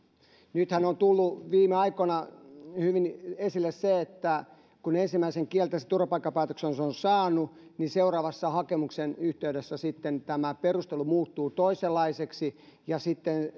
nythän on tullut viime aikoina hyvin esille se että kun ensimmäisen kielteisen turvapaikkapäätöksen on saanut niin seuraavan hakemuksen yhteydessä sitten tämä perustelu muuttuu toisenlaiseksi ja